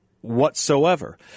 whatsoever